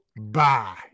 bye